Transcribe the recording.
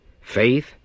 faith